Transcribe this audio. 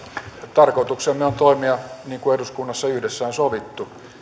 tarkoituksemme on toimia niin kuin eduskunnassa yhdessä on sovittu